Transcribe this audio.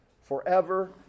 forever